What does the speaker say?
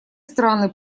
страны